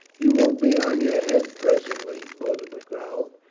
you will be on your head presently, boduoc growled.